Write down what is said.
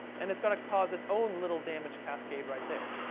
and it's going to cause its own little damage cascade right there.